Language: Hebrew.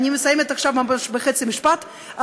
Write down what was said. אני מסיימת עכשיו בחצי משפט,